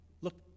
look